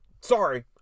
Sorry